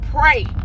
pray